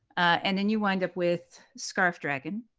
and then you wind up with scarf dragon.